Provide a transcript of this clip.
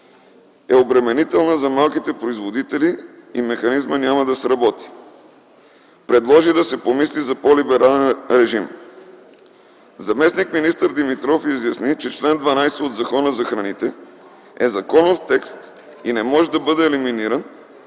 е обременителна за малките производители и механизмът няма да сработи. Предложи да се помисли за по-либерален режим. Заместник-министър Димитров изясни, че чл. 12 от Закона за храните е законов текст и не може да бъде елиминиран,